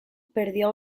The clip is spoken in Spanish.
perdió